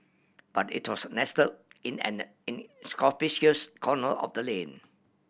but it was nestle in an corner of the lane